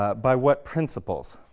ah by what principles?